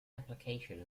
application